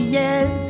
yes